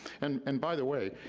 and and by the way,